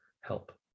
help